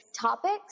topics